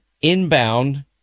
Inbound